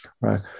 Right